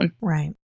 Right